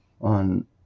on